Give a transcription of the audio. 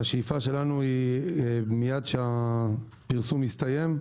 השאיפה שלנו היא שמייד שהפרסום יסתיים,